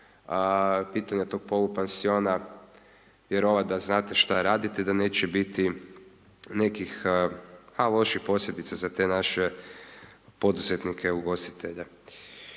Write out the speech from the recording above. pitanja tog polupansiona vjerovat da znate što radite, da neće biti nekih pa loših posljedica za te naše poduzetnike-ugostitelje.